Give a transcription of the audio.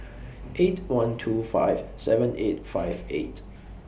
eight one two five seven eight five eight